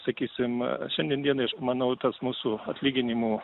sakysim šiandien dienai aš manau tas mūsų atlyginimų